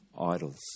Idols